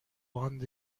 باند